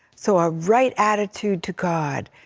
so a right attitude to god.